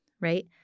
right